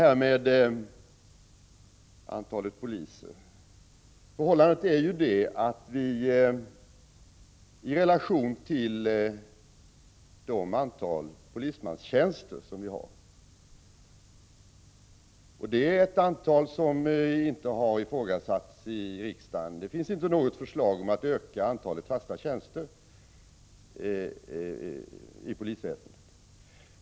Sedan har vi frågan om antalet poliser. Det antal polismanstjänster vi har är något som inte har ifrågasatts här i riksdagen. Det finns inte något förslag om att öka antalet fasta tjänster inom polisväsendet.